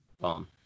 Bomb